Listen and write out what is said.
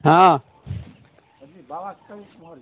हँ देखलियै बाबा चल गेलखिन केमहर यै